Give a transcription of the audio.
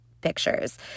pictures